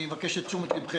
אני מבקש את תשומת לבכם.